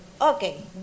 Okay